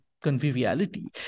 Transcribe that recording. conviviality